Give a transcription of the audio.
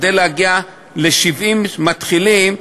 כדי להגיע ל-70 שמתחילים,